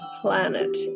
planet